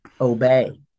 obey